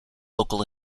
local